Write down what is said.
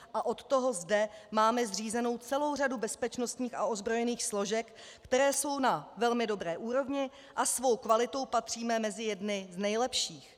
A od toho zde máme zřízenou celou řadu bezpečnostních a ozbrojených složek, které jsou na velmi dobré úrovni, a svou kvalitou patříme mezi jedny z nejlepších.